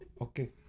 Okay